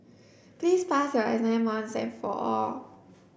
please pass your exam once and for all